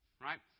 right